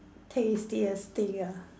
tastiest thing ah